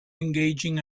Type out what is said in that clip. engaging